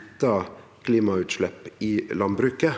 kuttar klimautslepp i landbruket?